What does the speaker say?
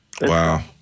Wow